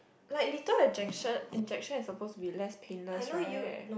like lethal injection injection is supposed to be less painless right